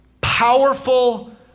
powerful